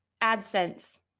AdSense